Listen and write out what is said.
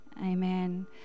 amen